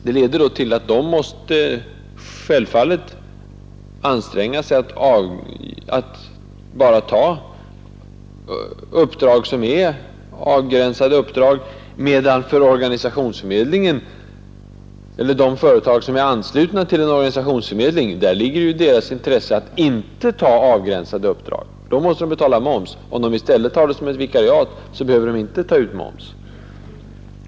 De måste ju inrikta sig på att bara ta uppdrag som är avgränsade. För de företag som är anslutna till en organisationsförmedling gäller däremot att det ligger i deras intresse att inte ta avgränsade uppdrag; då måste de ta ut moms. Om de i stället tar vikariatsuppdrag behöver de inte ta ut moms.